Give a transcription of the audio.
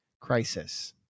crisis